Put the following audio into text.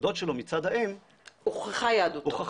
דוד שלו מצד האם --- הוכחה יהדותו.